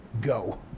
go